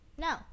No